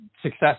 success